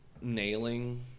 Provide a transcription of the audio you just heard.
Nailing